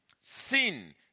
Sin